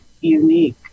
unique